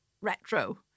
retro